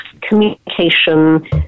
communication